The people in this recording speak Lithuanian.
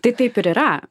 tai taip ir yra